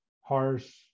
harsh